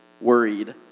worried